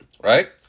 Right